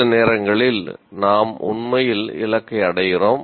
சில நேரங்களில் நாம் உண்மையில் இலக்கை அடைகிறோம்